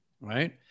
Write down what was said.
right